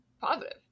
positive